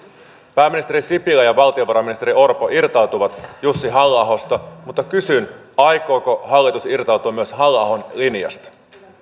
pääministeri sipilä ja valtiovarainministeri orpo irtaantuvat jussi halla ahosta mutta kysyn aikooko hallitus irtautua myös halla ahon linjasta